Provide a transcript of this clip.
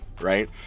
right